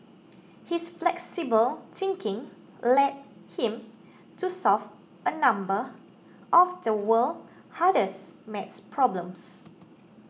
his flexible thinking led him to solve a number of the world's hardest math problems